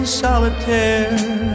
solitaire